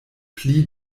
pli